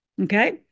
Okay